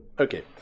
Okay